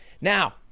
Now